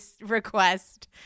request